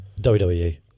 WWE